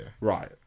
right